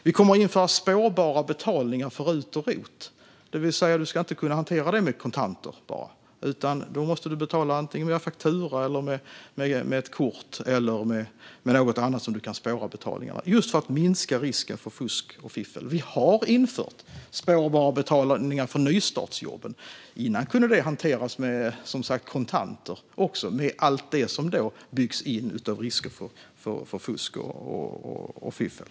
Vi kommer att införa spårbara betalningar för RUT och ROT, det vill säga att du inte ska kunna hantera sådana med kontanter utan måste betala med faktura, kort eller på något annat sätt som gör betalningarna spårbara. Det gör vi för att minska risken för fusk och fiffel. Vi har infört spårbara betalningar för nystartsjobben. Innan kunde de hanteras med kontanter, och i och med det fanns inbyggda risker för fusk och fiffel.